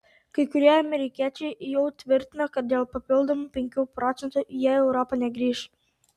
kai kurie amerikiečiai jau tvirtino kad dėl papildomų penkių procentų jie į europą negrįš